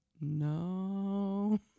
no